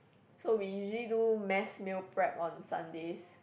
so we usually do mass meal prep on Sundays